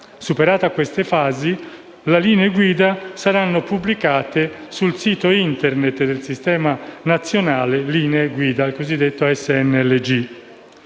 Superate queste fasi, le linee guida saranno pubblicate sul sito Internet del Sistema nazionale linee guide (SNLG).